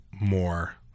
more